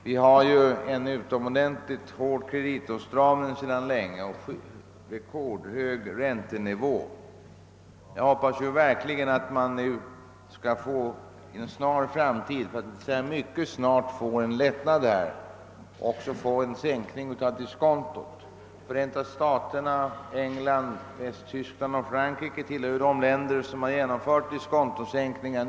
Vi har sedan länge en utomordentligt hård kreditåtstramning och en rekordhög räntenivå. Jag hoppas att vi inom en mycket snar framtid skall få lättnader på dessa områden och en sänkning av diskontot. Förenta staterna, England, Västtyskland och Frankrike är bland de länder som har genomfört diskontosänkningar.